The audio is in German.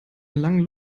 langen